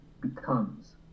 becomes